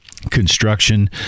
construction